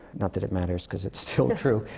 not that it matters, cuz it's still true.